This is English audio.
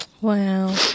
Wow